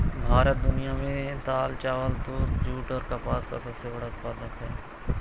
भारत दुनिया में दाल, चावल, दूध, जूट और कपास का सबसे बड़ा उत्पादक है